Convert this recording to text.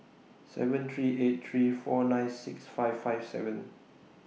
seven three eight three four nine six five five seven